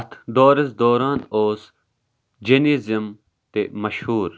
اَتھ دورس دوران اوس جینیٖزِم تہِ مشہوٗر